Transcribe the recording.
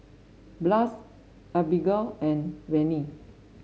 Blas Abigail and Venie